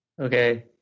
okay